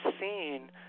seen